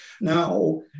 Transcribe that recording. Now